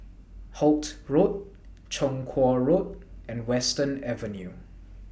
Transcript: Holt Road Chong Kuo Road and Western Avenue